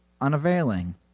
unavailing